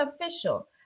official